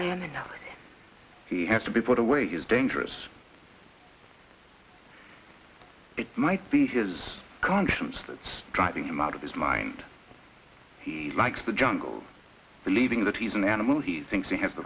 and he has to be put away his dangerous it might be his conscience that's driving him out of his mind he likes the jungle believing that he's an animal he thinks he has the